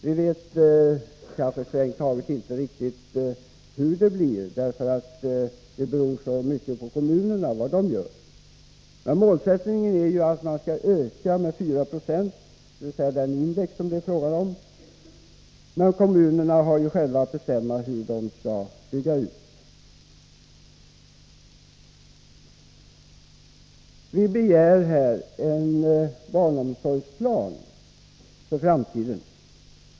Vi vet strängt taget inte riktigt hur det blir, därför att det beror på vad kommunerna gör. Målsättningen är att kostnaderna skall öka med 4 96, men kommunerna har ju själva att bestämma hur de skall bygga ut. Utskottet begär en barnomsorgsplan för framtiden.